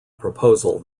proposal